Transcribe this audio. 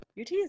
UT